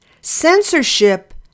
Censorship